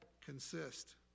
consist